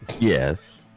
Yes